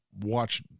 watch